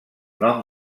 nom